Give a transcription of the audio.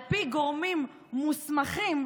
על פי גורמים מוסמכים,